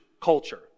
culture